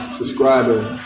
subscribing